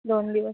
दोन दिवस